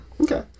Okay